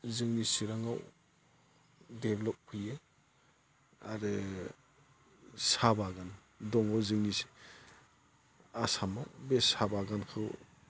जोंनि चिराङाव डेभेलप फैयो आरो साहा बागान दङ जोंनि आसामाव बे साहा बागानखौ